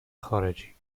خارجی